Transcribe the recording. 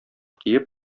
киеп